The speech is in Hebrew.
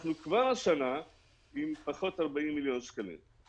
אנחנו כבר השנה עם פחות 40 מיליון שקלים.